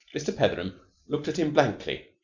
mr. petheram looked at him blankly.